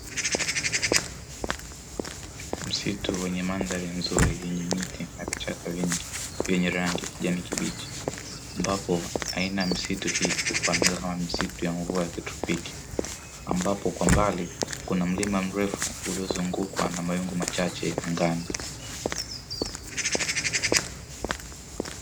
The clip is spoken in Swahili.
Msitu wenye mandhari nzuri yenye miti na vichaka vingi vyenye rangi ya kijani kibichi, ambapo aina misitu hii hufahamika kama misitu ya mvua kitropoki, ambapo kwa mbali kuna mlima mrefu uliozungukwa na mawingu machache angani.